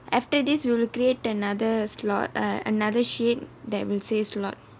after this we will create another slot err another sheet that will says slot